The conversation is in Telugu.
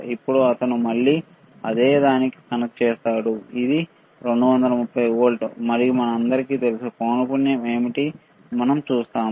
ఇప్పుడు అతను మళ్ళీ అదే దానికి కనెక్ట్ చేస్తాడు ఇది 230 వోల్ట్లు మరియు మనందరికీ తెలుసు పౌనపున్యం ఏమిటి మనం చూస్తాము